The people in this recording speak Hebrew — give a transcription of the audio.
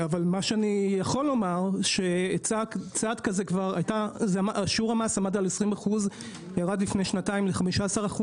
מה שאני יכול לומר הוא ששיעור המס עמד על 20% וירד לפני שנתיים לכ-15%,